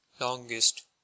longest